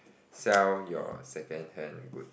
sell your secondhand goods